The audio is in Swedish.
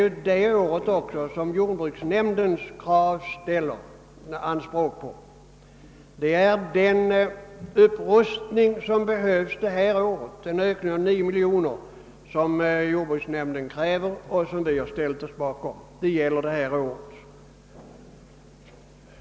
Vi reservanter har ju också ställt oss bakom den upprustning som jordbruksnämnden kräver för 1969/70 och som innebär en anslagsökning med 9 miljoner kronor.